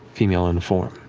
female in form,